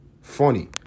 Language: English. Funny